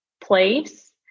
place